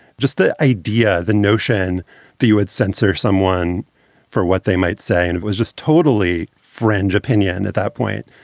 just the idea, the notion that you would censor someone for what they might say. and it was just totally fringe opinion at that point.